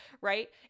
Right